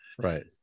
Right